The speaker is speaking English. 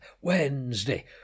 Wednesday